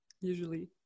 usually